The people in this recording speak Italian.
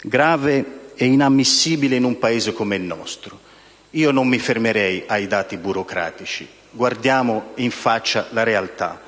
grave e inammissibile in un Paese come il nostro. Non mi fermerei ai dati burocratici; guardiamo in faccia la realtà: